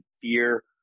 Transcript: fear